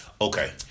okay